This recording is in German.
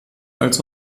als